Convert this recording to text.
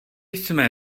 jsme